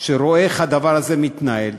שרואה איך הדבר הזה מתנהל,